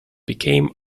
became